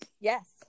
Yes